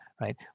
right